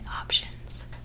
options